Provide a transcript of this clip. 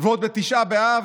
ועוד בתשעה באב?